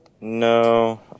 No